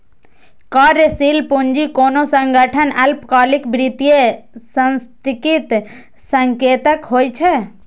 कार्यशील पूंजी कोनो संगठनक अल्पकालिक वित्तीय स्थितिक संकेतक होइ छै